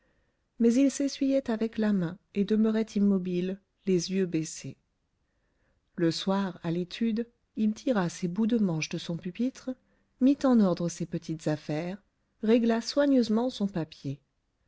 mais il s'essuyait avec la main et demeurait immobile les yeux baissés le soir à l'étude il tira ses bouts de manches de son pupitre mit en ordre ses petites affaires régla soigneusement son papier